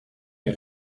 est